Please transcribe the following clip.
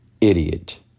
idiot